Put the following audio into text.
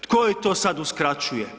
Tko joj to sad uskraćuje?